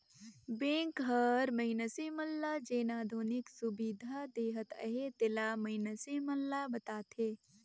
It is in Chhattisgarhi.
बेंक हर मइनसे मन ल जेन आधुनिक सुबिधा देहत अहे तेला मइनसे मन ल बताथे